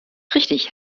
richtig